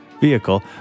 vehicle